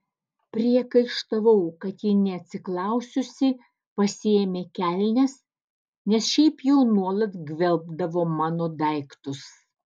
priekaištavau kad ji neatsiklaususi pasiėmė kelnes nes šiaip jau nuolat gvelbdavo mano daiktus